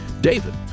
David